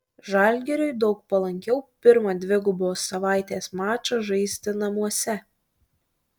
žalgiriui daug palankiau pirmą dvigubos savaitės mačą žaisti namuose